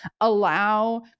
allow